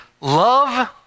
Love